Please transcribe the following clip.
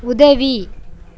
உதவி